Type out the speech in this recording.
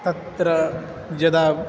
तत्र यदा